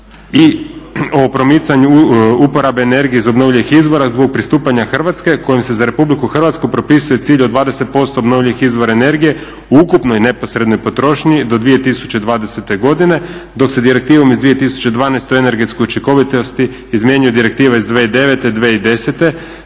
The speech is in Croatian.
i o promicanju uporabe energije iz obnovljivih izvora zbog pristupanja Hrvatske kojom se za RH propisuje cilj od 20% obnovljivih izvora energije u ukupnoj i neposrednoj potrošnji do 2020.godine, dok se direktivom iz 2012.o energetskoj učinkovitosti izmjenjuje direktiva iz 2009., 2010.,